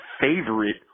favorite